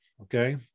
okay